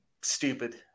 stupid